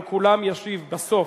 7287, 7291,